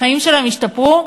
החיים שלהם השתפרו?